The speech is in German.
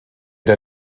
der